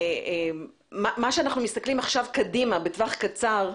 מה שאנחנו מסתכלים קדימה בטווח קצר,